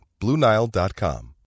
BlueNile.com